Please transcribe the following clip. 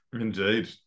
Indeed